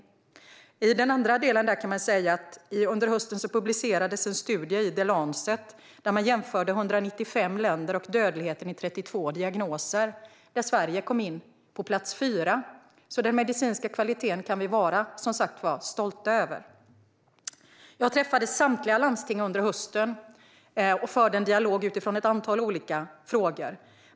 När det gäller den andra delen av ditt anförande vill jag säga att det under hösten publicerades en studie i The Lancet där 195 länder och dödligheten i 32 diagnoser jämfördes. Sverige kom där på fjärde plats. Vi kan vara stolta över den medicinska kvaliteten. Under hösten träffade jag samtliga landsting och förde en dialog utifrån ett antal olika frågor.